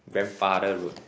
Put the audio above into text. grandfather road